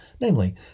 namely